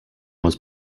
was